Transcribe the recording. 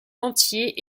entier